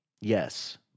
Yes